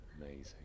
Amazing